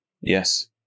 Yes